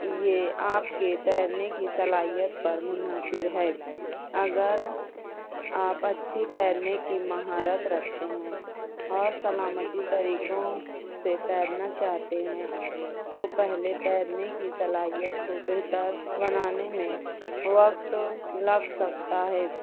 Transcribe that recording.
یہ آپ کے تیرنے کی صلاحیت پر منحصر ہے اگر آپ اچھی تیرنے کی مہارت رکھتے ہیں اور سلامتی طریقوں سے تیرنا چاہتے ہیں تو پہلے تیرنے کی صلاحیت کو بہتر بنانے میں وقت لگ سکتا ہے